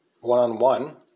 one-on-one